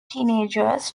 teenagers